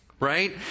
right